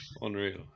unreal